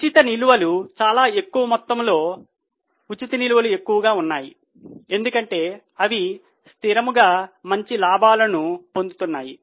ఉచిత నిల్వలు చాలా ఎక్కువ మొత్తంలో ఉచిత నిల్వలు ఎక్కువగా ఉన్నాయి ఎందుకంటే అవి స్థిరంగా మంచి లాభాలను పొందుతున్నాయి